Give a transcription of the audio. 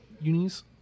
Unis